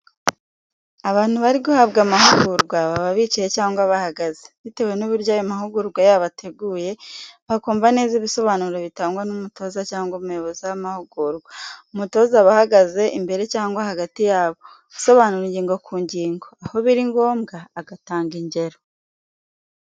Abantu bari guhabwa amahugurwa baba bicaye cyangwa bahagaze, bitewe n'uburyo ayo mahugurwa yabo ateguye, bakumva neza ibisobanuro bitangwa n'umutoza cyangwa umuyobozi w'amahugurwa. Umutoza aba ahagaze imbere cyangwa hagati yabo, asobanura ingingo ku ngingo, aho biri ngombwa agatanga ingero.